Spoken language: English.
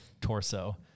torso